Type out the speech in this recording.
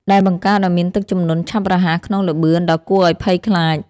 ដែលបង្កើតឱ្យមានទឹកជំនន់ឆាប់រហ័សក្នុងល្បឿនដ៏គួរឱ្យភ័យខ្លាច។